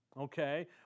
okay